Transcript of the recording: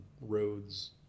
roads